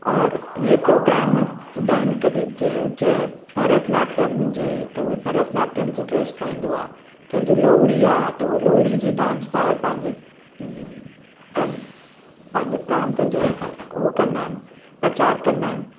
और इहे प्रोग्राम हूंदा आहिनि कॾहिं जीअं जीअं भरतनाट्यम हुजे त उहे भरतनाट्यम जी ड्रैस पाईंदो आहे कंहिंजी लोहड़ी आहे त उहा लोहड़ी जी डांस पाए पंहिंजी पंहिंजे प्रांत जो उहो कंदा आहिनि प्रचार कंदा आहिनि